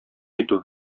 итү